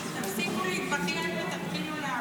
תפסיקו להתבכיין ותתחילו לעבוד?